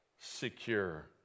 secure